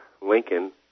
Lincoln